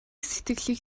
сэтгэлийг